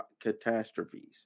catastrophes